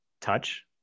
Touch